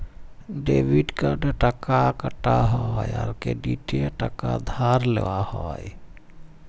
debit কার্ডে টাকা কাটা হ্যয় আর ক্রেডিটে টাকা ধার লেওয়া হ্য়য়